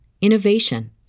innovation